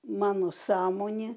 mano sąmonė